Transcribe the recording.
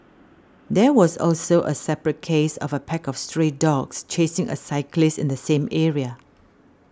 there was also a separate case of a pack of stray dogs chasing a cyclist in the same area